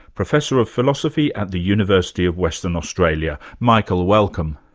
professor of philosophy at the university of western australia. michael, welcome.